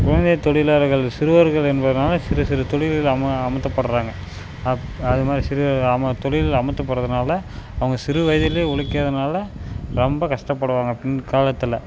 குழந்தை தொழிலாளர்கள் சிறுவர்கள் என்பததினால சிறு சிறு தொழில்களில் அம அமர்த்தப்படுகிறாங்க அப் அது மாதிரி சிறுவர்கள் அம தொழிலில் அமர்த்தப்படுறதினால அவங்க சிறு வயதிலேயே உழைக்கறதனால ரொம்ப கஷ்டப்படுவாங்க பின் காலத்தில்